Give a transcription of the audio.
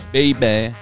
Baby